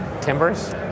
timbers